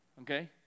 Okay